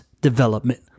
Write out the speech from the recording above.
development